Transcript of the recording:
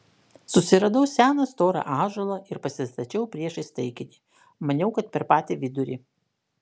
susiradau seną storą ąžuolą ir pasistačiau priešais taikinį maniau kad per patį vidurį